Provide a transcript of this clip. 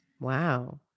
Wow